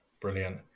brilliant